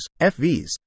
FVs